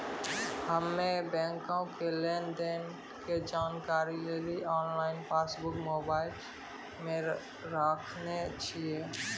हम्मे बैंको के लेन देन के जानकारी लेली आनलाइन पासबुक मोबाइले मे राखने छिए